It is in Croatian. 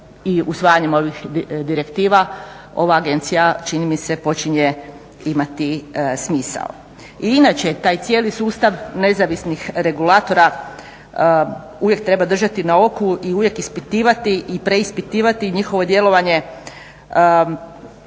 i usvajanjem ovih direktiva ova agencija čini mi se počinje imati smisao. I inače taj cijeli sustav nezavisnih regulatora uvijek treba držati na oku i uvijek ispitivati i preispitivati njihovo djelovanje,